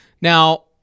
Now